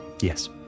Yes